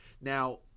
Now